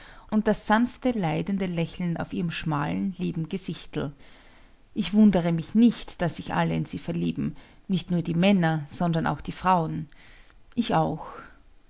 und das sanfte leidende lächeln auf ihrem schmalen lieben gesichtel ich wundere mich nicht daß sich alle in sie verlieben nicht nur die männer sondern auch die frauen ich auch